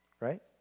right